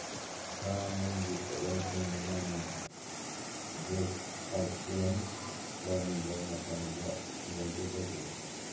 ꯁꯥ ꯉꯥꯒꯤ ꯄꯣꯠꯂꯝꯁꯤꯡ ꯅꯟ ꯚꯦꯛ ꯑꯥꯏꯇꯦꯝꯁ ꯀꯔꯝꯕ ꯃꯇꯝꯗ ꯂꯩꯒꯗꯒꯦ